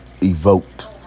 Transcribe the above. evoked